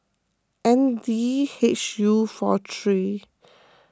N D H U four three